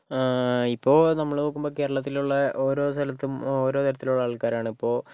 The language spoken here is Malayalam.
ഇപ്പോൾ നമ്മള് നോക്കുമ്പോൾ കേരളത്തിലുള്ള ഓരോ സ്ഥലത്തും ഓരോ തരത്തിലുള്ള ആൾക്കാരാണിപ്പോൾ